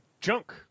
Junk